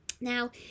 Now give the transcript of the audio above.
Now